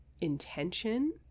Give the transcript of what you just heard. intention